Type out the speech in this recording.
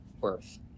worth